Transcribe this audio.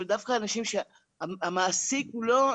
דווקא אנשים שהמעסיק הוא לא,